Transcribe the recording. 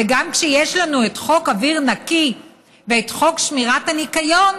וגם כשיש לנו את חוק אוויר נקי ואת חוק שמירת הניקיון,